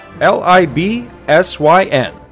L-I-B-S-Y-N